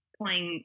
playing